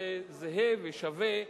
שזה זהה ושווה,